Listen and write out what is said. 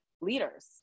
leaders